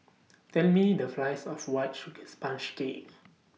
Tell Me The Price of White Sugar Sponge Cake